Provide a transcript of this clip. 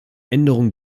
änderungen